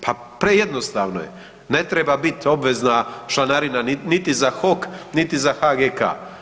Pa prejednostavno je, ne treba bit obvezna članarina niti za HOK, niti za HGK.